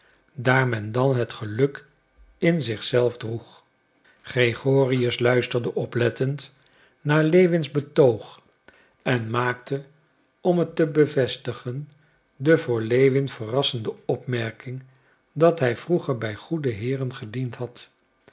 daar men dan het geluk in zich zelf droeg gregorius luisterde oplettend naar lewins betoog en maakte om het te bevestigen de voor lewin verrassende opmerking dat hij vroeger bij goede heeren gediend had